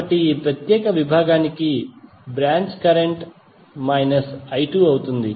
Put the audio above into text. కాబట్టి ఈ ప్రత్యేక విభాగానికి branch current I1 minus I2 అవుతుంది